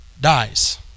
dies